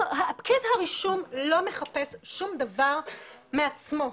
פקיד הרישום לא מחפש שום דבר מעצמו,